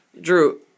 Drew